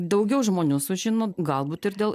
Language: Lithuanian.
daugiau žmonių sužino galbūt ir dėl